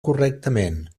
correctament